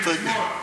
לאט-לאט תתרגל.